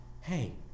hey